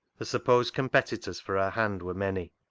the supposed competitors for her hand were many.